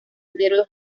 little